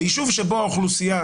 ביישוב שבו האוכלוסייה